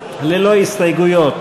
ללא הסתייגויות.